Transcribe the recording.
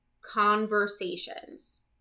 conversations